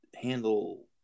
handle